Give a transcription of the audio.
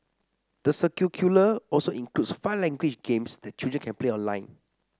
the curricula also includes five language games that children can play online